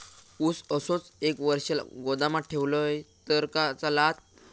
ऊस असोच एक वर्ष गोदामात ठेवलंय तर चालात?